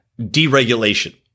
deregulation